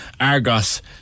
Argos